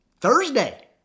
Thursday